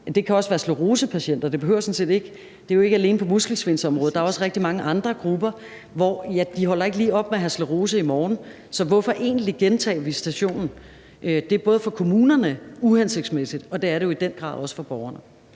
Det kan også handle om sklerosepatienter; det foregår ikke kun på muskelsvindsområdet; det gælder også rigtig mange andre grupper. Man holder ikke lige op med at have sklerose i morgen, så hvorfor egentlig gentage visitationen? Det er uhensigtsmæssigt for kommunerne, og det er det i den grad også for borgerne.